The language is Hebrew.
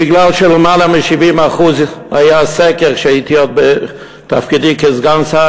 בגלל שיותר מ-70% היה סקר כשהייתי עוד בתפקידי כסגן שר